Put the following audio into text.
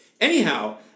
Anyhow